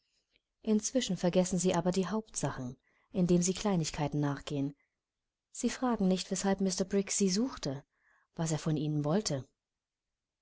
inzwischen vergessen sie aber die hauptsachen indem sie kleinigkeiten nachgehen sie fragen nicht weshalb mr briggs sie suchte was er von ihnen wollte